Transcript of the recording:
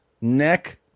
neck